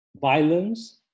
Violence